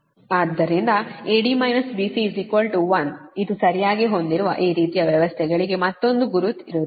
ಆದ್ದರಿಂದ AD BC 1 ಇದು ಸರಿಯಾಗಿ ಹೊಂದಿರುವ ಈ ರೀತಿಯ ವ್ಯವಸ್ಥೆಗಳಿಗೆ ಮತ್ತೊಂದು ಗುರುತು ಇರುತ್ತದೆ